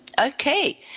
Okay